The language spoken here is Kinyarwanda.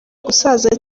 gusaza